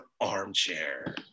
armchair